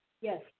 Yes